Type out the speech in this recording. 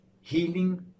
healing